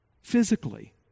physically